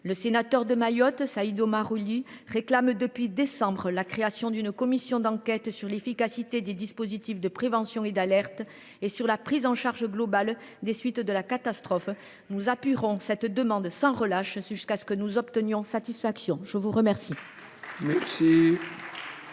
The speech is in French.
Le sénateur de Mayotte Saïd Omar Oili réclame depuis le mois de décembre la création d’une commission d’enquête sur l’efficacité des dispositifs de prévention et d’alerte et sur la prise en charge globale des suites de la catastrophe. Nous appuierons cette demande sans relâche jusqu’à obtenir satisfaction. La parole